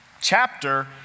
chapter